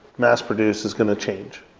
mass produced is going to change,